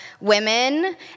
women